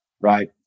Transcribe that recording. right